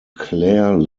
clare